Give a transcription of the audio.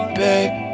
babe